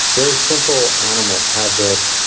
very simple animals have this,